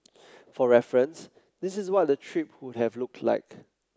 for reference this is what the trip would have looked like